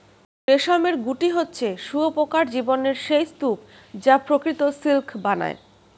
রেশমের গুটি হচ্ছে শুঁয়োপোকার জীবনের সেই স্তুপ যা প্রকৃত সিল্ক বানায়